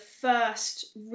first